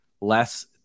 less